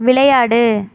விளையாடு